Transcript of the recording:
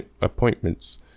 appointments